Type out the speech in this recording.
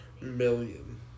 million